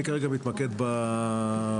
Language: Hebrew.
אני כרגע מתמקד בצפון.